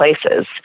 places